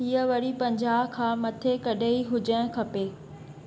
हीअं वरी पंजाह खां मथे कॾहिं हुजणु खपे